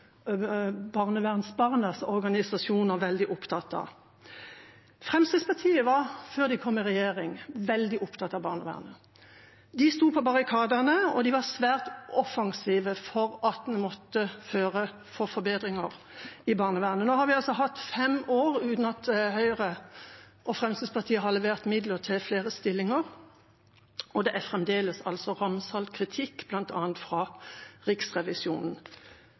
barnevernsbarnas organisasjoner veldig opptatt av. Fremskrittspartiet var før de kom i regjering, veldig opptatt av barnevern. De sto på barrikadene, og de var svært offensive for forbedringer i barnevernet. Nå har det gått fem år uten at Høyre og Fremskrittspartiet har levert midler til flere stillinger, og det er altså fremdeles ramsalt kritikk, bl.a. fra Riksrevisjonen.